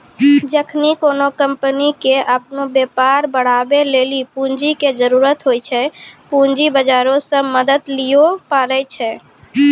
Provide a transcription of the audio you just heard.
जखनि कोनो कंपनी के अपनो व्यापार बढ़ाबै लेली पूंजी के जरुरत होय छै, पूंजी बजारो से मदत लिये पाड़ै छै